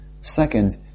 Second